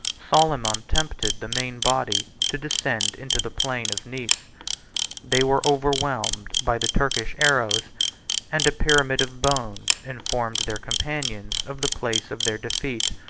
soliman tempted the main body to descend into the plain of nice they were overwhelmed by the turkish arrows and a pyramid of bones informed their companions of the place of their defeat.